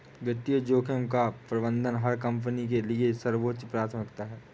वित्तीय जोखिम का प्रबंधन हर कंपनी के लिए सर्वोच्च प्राथमिकता है